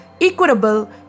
equitable